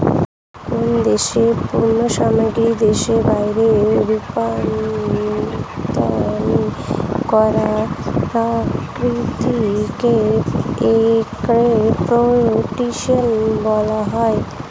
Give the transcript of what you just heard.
কোন দেশের পণ্য সামগ্রী দেশের বাইরে রপ্তানি করার প্রক্রিয়াকে এক্সপোর্টেশন বলা হয়